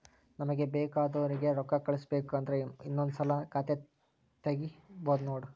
ನಮಗೆ ಬೇಕೆಂದೋರಿಗೆ ರೋಕ್ಕಾ ಕಳಿಸಬೇಕು ಅಂದ್ರೆ ಇನ್ನೊಂದ್ಸಲ ಖಾತೆ ತಿಗಿಬಹ್ದ್ನೋಡು